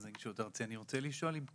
נגישות ארצי וממונה שוויון, קופת חולים מאוחדת.